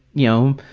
you know,